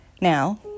Now